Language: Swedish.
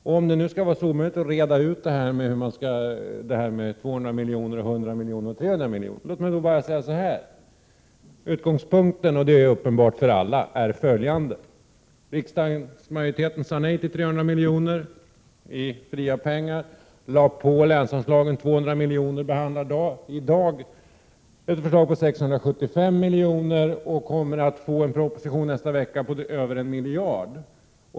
Om det nu skall vara så omöjligt att reda ut det här med 200 miljoner, 100 miljoner och 300 miljoner, vill jag bara säga att utgångspunkten är, och det är uppenbart för alla: Riksdagsmajoriteten sade nej till 300 miljoner i fria pengar, lade på länsanslagen 200 miljoner, behandlar i dag ett förslag om 675 miljoner och kommer att få en proposition nästa vecka på över 1 miljard.